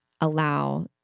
allow